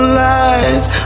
lights